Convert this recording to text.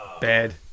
bad